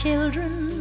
Children